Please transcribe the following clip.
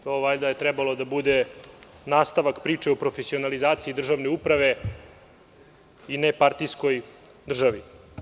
Trebalo je da to bude nastavak priče o profesionalizaciji državne uprave i nepartijskoj državi.